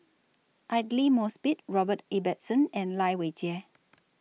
Aidli Mosbit Robert Ibbetson and Lai Weijie